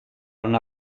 una